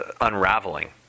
unraveling